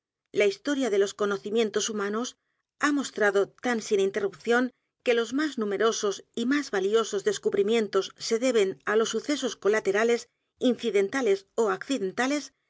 la historia de los conocimientos humanos ha mostrado tan sin interrupción que los más numerosos y más valiosos descubrimientos se deben á los sucesos colaterales incidentales ó accidentales